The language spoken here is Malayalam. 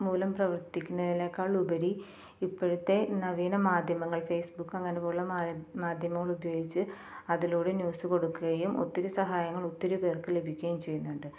മൂലം പ്രവർത്തിക്കുന്നതിനേക്കാൾ ഉപരി ഇപ്പോഴത്തെ നവീന മാധ്യമങ്ങൾ ഫേസ്ബുക്ക് അങ്ങനെ ഉള്ള മാധ്യമങ്ങൾ ഉപയോഗിച്ച് അതിലൂടെ ന്യൂസ് കൊടുക്കുകയും ഒത്തിരി സഹായങ്ങൾ ഒത്തിരി പേർക്ക് ലഭിക്കുകയും ചെയ്യുന്നുണ്ട്